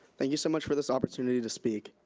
ah you so much for this opportunity to speak.